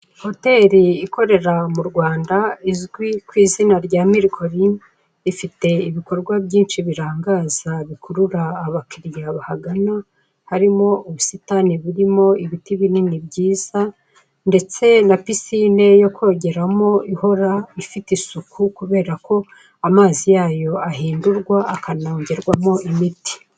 Hoteri ikorera mu Rwanda izwi ku izina rya mirikorini ifite ibikorwa birangaza bikurura abakiriya bahagana harimo ubusitani burimo ibiti binini byiza ndetse na pisine yo kogeramo ihora ifite isuku kubera ko amazi yayo ahindurwa akanongerwamo imiti.